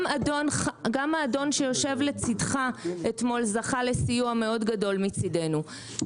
גם האדון שישב לצדך אתמול זכה לסיוע מאוד גדול מצדנו.